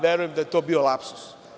Verujem da je to bilo lapsus.